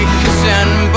kissing